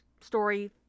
story